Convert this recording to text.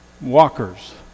Walkers